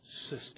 system